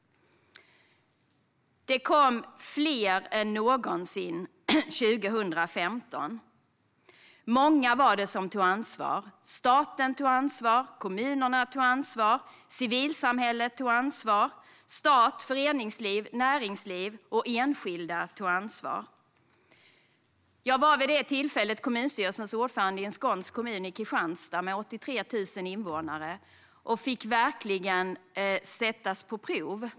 Det kom fler än någonsin under 2015. Många tog ansvar. Staten tog ansvar; kommunerna tog ansvar; civilsamhället tog ansvar. Stat, föreningsliv, näringsliv och enskilda tog ansvar. Jag var vid det tillfället kommunstyrelsens ordförande i den skånska kommunen Kristianstad, med 83 000 invånare, och sattes verkligen på prov.